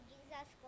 Jesus